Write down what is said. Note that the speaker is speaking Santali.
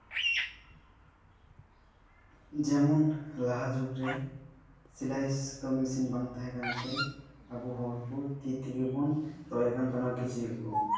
ᱡᱮᱢᱚᱱ ᱞᱟᱦᱟ ᱡᱩᱜᱽ ᱨᱮ ᱥᱮᱞᱟᱭ ᱥᱩᱛᱟᱹᱢ ᱢᱤᱥᱤᱱ ᱵᱟᱝ ᱛᱟᱦᱮᱸ ᱠᱟᱱᱛᱮ ᱟᱵᱚ ᱦᱚᱲ ᱠᱚ ᱛᱤ ᱛᱮᱜᱮ ᱵᱚᱱ ᱨᱚᱜ ᱮᱫ ᱠᱟᱱ ᱛᱟᱦᱮᱱᱚᱜᱼᱟ ᱠᱤᱪᱨᱤᱡ ᱠᱚ